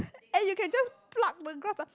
and you can just pluck the grass ah